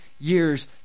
years